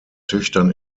töchtern